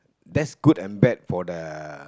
that's good and bad for the